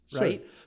right